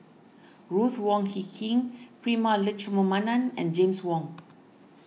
Ruth Wong Hie King Prema Letchumanan and James Wong